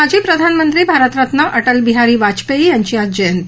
माजी प्रधानमंत्री भारतरत्न अटलबिहारी वाजपेयी यांची आज जयंती